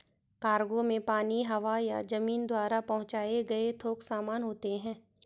cargo में पानी, हवा या जमीन द्वारा पहुंचाए गए थोक सामान होते हैं